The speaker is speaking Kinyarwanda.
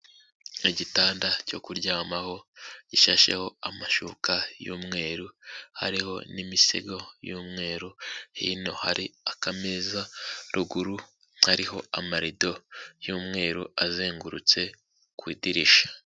Igitanda cyo kuryamaho gishasheho amashuka y'umweru hariho n'imisego y'umweru hino hari akameza ruguru harihoho amarido y'umweru azengurutse ku idirishya